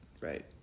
Right